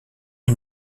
une